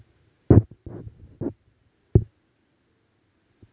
lepas tu sekarang macam mana where do they go now like I've haven't seen them in a while